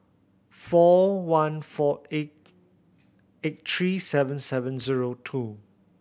four one four eight eight three seven seven zero two